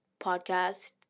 podcast